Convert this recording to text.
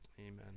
Amen